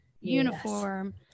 uniform